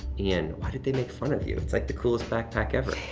ian. why did they make fun of you? it's like the coolest backpack ever.